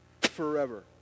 forever